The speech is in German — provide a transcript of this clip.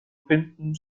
finden